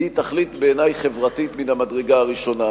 היא בעיני תכלית חברתית מן המדרגה הראשונה.